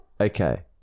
Okay